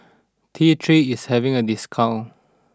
T three is having a discount